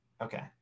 Okay